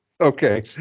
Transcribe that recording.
Okay